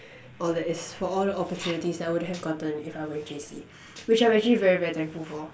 all that is for all the opportunities that I wouldn't have gotten if I were in J_C which I'm actually very thankful for